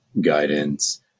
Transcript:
guidance